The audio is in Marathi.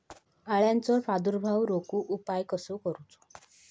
अळ्यांचो प्रादुर्भाव रोखुक उपाय कसो करूचो?